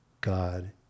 God